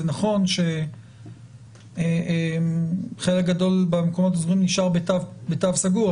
זה נכון חלק גדול במקומות סגורים נשאר בתו סגול,